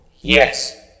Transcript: Yes